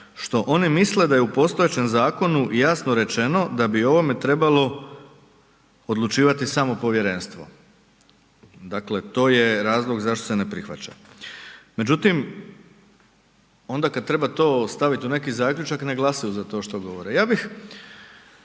što oni misle da je u postojećem zakonu jasno rečeno da bi o ovome trebalo odlučivati samo povjerenstvo. Dakle, to je razlog zašto se ne prihvaća. Međutim, onda kad treba to stavit u neki zaključak, ne glasuju za to što govore. Ja bih